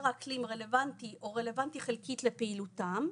האקלים רלוונטי או רלוונטי חלקית לפעילותם.